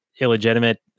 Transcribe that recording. illegitimate